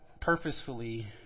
purposefully